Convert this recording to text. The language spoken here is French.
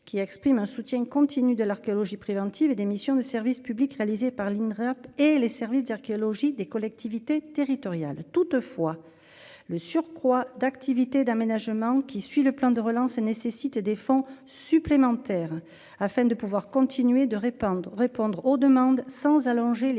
qui exprime un soutien continu de l'archéologie préventive et des missions de service public, réalisée par l'Inrap et les services d'archéologie des collectivités territoriales, toutefois le surcroît d'activité d'aménagement qui suit le plan de relance nécessite des fonds supplémentaires afin de pouvoir continuer de repeindre, répondre aux demandes sans allonger les délais